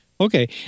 Okay